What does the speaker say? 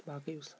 باقٕے وَسَلام